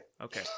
Okay